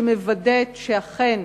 שמוודאת שאכן